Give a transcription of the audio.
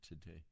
today